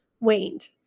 waned